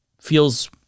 feels